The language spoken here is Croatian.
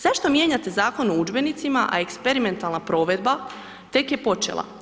Zašto mijenjate Zakon o udžbenicima, a eksperimentalna provedba tek je počela?